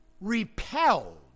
repelled